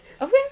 Okay